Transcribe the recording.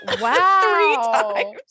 wow